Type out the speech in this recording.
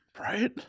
Right